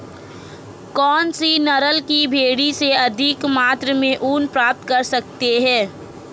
कौनसी नस्ल की भेड़ से अधिक मात्रा में ऊन प्राप्त कर सकते हैं?